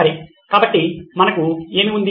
సరే కాబట్టి మనకు ఏమి ఉంది